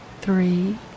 Three